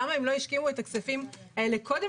למה הם לא השקיעו את הכספים האלה קודם